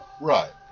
Right